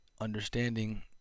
understanding